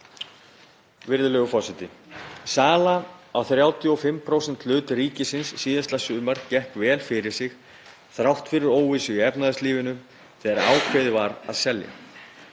Virðulegur forseti. Sala á 35% hlut ríkisins síðasta sumar gekk vel fyrir sig þrátt fyrir óvissu í efnahagslífinu þegar ákveðið var að selja.